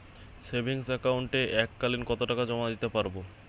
Savings একাউন্টে এক কালিন কতটাকা জমা দিতে পারব?